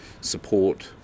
support